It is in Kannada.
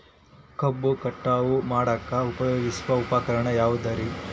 ಕಬ್ಬು ಕಟಾವು ಮಾಡಾಕ ಉಪಯೋಗಿಸುವ ಉಪಕರಣ ಯಾವುದರೇ?